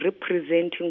representing